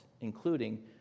including